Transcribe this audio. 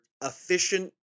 efficient